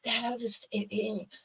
devastating